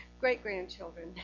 great-grandchildren